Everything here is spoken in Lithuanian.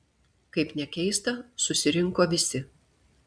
kaip nekeista susirinko visi